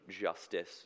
justice